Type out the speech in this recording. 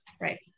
Right